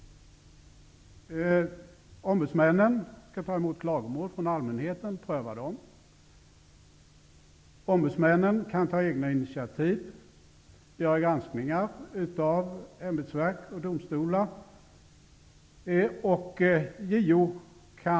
Ombudsmännen skall ta emot klagomål från allmänheten och pröva dem. De kan ta egna initiativ och göra granskningar av ämbetsverk och domstolar.